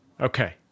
Okay